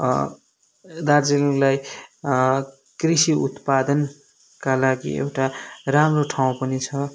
दार्जिलिङलाई कृषि उत्पादनका लागि एउटा राम्रो ठाउँ पनि छ